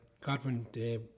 Godwin